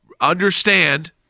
understand